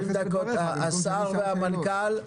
במשך 20 דקות נשמע את השר ואת המנכ"ל.